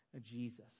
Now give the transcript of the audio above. Jesus